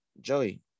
Joey